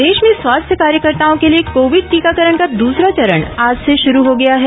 देश में स्वास्थ्य कार्यकर्ताओं के लिए कोविड टीकाकरण का द्रसरा चरण आज से शुरू हो गया है